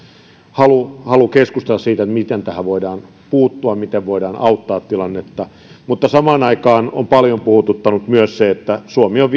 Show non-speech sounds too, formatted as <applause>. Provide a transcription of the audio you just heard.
halu halu keskustella siitä miten siihen voidaan puuttua miten voidaan auttaa tilannetta mutta samaan aikaan on paljon puhututtanut myös se että suomi on <unintelligible>